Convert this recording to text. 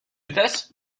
this